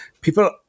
people